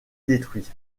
détruit